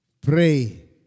pray